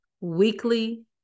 weekly